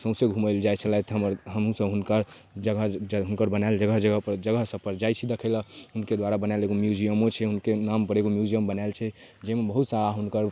सौँसे घुमैलए जाइ छलथि हमर हमहूँसभ हुनकर जगह हुनकर बनाएल जगह जगहपर जगह सबपर जाइ छी देखैलए हुनके द्वारा बनाएल एगो म्युजियमो छै हुनके नामपर एगो म्युजियम बनाएल छै जाहिमे बहुत सारा हुनकर